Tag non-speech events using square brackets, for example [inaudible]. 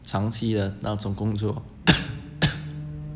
长期的那种工作 [coughs] [coughs]